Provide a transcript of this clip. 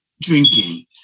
drinking